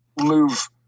move